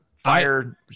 Fire